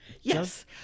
Yes